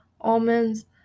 almonds